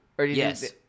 Yes